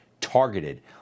targeted